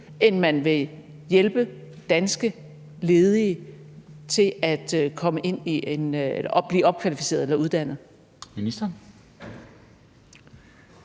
end man vil hjælpe danske ledige til at blive opkvalificeret eller uddannet.